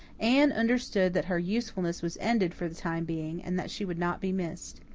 anne understood that her usefulness was ended for the time being, and that she would not be missed.